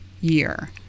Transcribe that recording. year